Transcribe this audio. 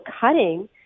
cutting